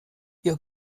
ihr